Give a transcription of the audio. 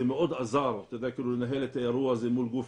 זה מאוד חזר לנהל את האירוע הזה מול גוף